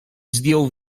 zdjął